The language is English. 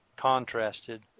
contrasted